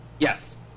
Yes